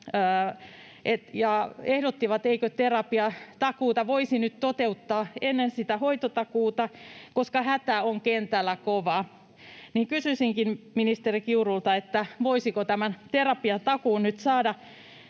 ehdottivat, eikö terapiatakuuta voisi nyt toteuttaa ennen sitä hoitotakuuta, koska hätä on kentällä kova. Kysyisinkin ministeri Kiurulta: voisiko tämän terapiatakuun nyt saada